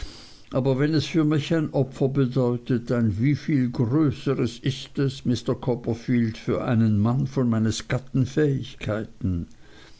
aber wenn es für mich ein opfer bedeutet ein wieviel größeres ist es mr copperfield für einen mann von meines gatten fähigkeiten